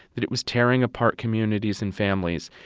that it was tearing apart communities and families.